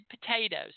potatoes